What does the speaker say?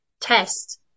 test